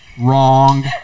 Wrong